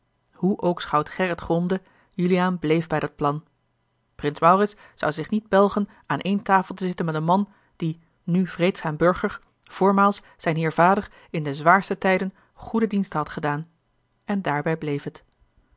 hoe ook schout gerrit gromde juliaan bleef bij dat plan prins maurits zou zich niet belgen aan ééne tafel te zitten met een man die nù vreedzaam burger voormaals zijn heer vader in de zwaarste tijden goede diensten had gedaan en daarbij bleef het